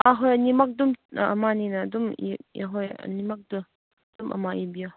ꯑꯥ ꯍꯣꯏ ꯑꯅꯤꯃꯛ ꯑꯗꯨꯝ ꯑꯃꯅꯤꯅ ꯑꯗꯨꯝ ꯑꯥ ꯍꯣꯏ ꯑꯅꯤꯃꯛꯇꯣ ꯑꯗꯨꯝ ꯑꯃ ꯏꯕꯤꯌꯣ